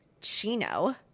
Chino